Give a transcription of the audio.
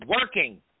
working